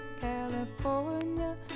California